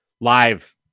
live